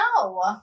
No